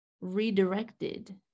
redirected